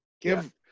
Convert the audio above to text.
give